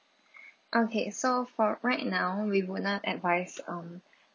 okay so for right now we will not advise on